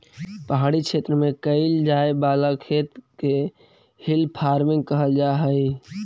पहाड़ी क्षेत्र में कैइल जाए वाला खेत के हिल फार्मिंग कहल जा हई